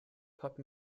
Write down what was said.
pop